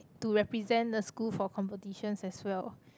to represent the school for competitions as well